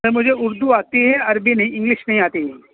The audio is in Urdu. سر مجھے اردو آتی ہے عربی نہیں انگلش نہیں آتی